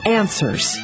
answers